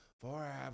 forever